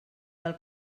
del